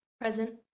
present